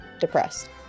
depressed